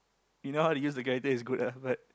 you know how to use the character is good ah but